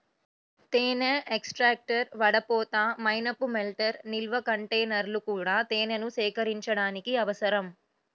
తేనె ఎక్స్ట్రాక్టర్, వడపోత, మైనపు మెల్టర్, నిల్వ కంటైనర్లు కూడా తేనెను సేకరించడానికి అవసరం